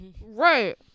Right